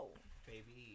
Baby